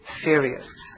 serious